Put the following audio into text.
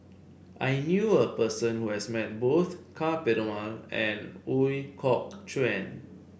I knew a person who has met both Ka Perumal and Ooi Kok Chuen